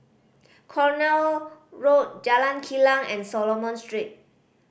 Cornwall Road Jalan Kilang and Solomon Street